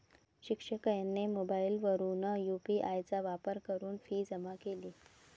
शिक्षिकेने मोबाईलवरून यू.पी.आय चा वापर करून फी जमा केली